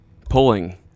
Pulling